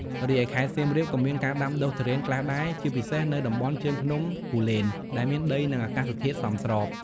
រីឯខេត្តសៀមរាប ក៏មានការដាំដុះទុរេនខ្លះដែរ ជាពិសេសនៅតំបន់ជើងភ្នំគូលែន ដែលមានដី និងអាកាសធាតុសមស្រប។